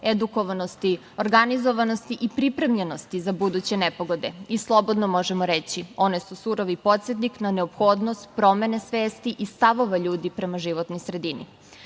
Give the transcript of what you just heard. edukovanosti, organizovanosti i pripremljenosti za buduće nepogode. Slobodno možemo reći, one su surovi podsetnik na neophodnost promene svesti i stavova ljudi prema životnoj sredini. Tokom